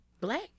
black